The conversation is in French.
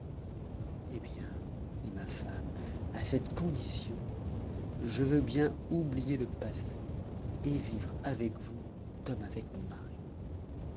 hé bien dit ma femme à cette condition je veux bien oublier le passé et vivre avec vous comme avec mon mari